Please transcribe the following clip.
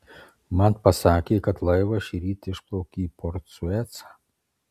man pasakė kad laivas šįryt išplaukė į port suecą